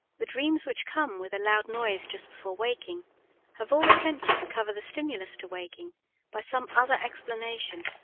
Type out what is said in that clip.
the dreams which come with a loud noise just before waking have all attempted to cover the stimulus to waking by some other explanation,